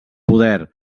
poder